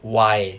why